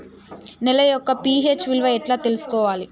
నేల యొక్క పి.హెచ్ విలువ ఎట్లా తెలుసుకోవాలి?